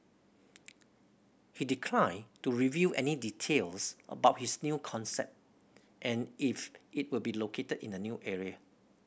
he declined to reveal any details about his new concept and if it will be located in a new area